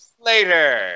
Later